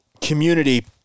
community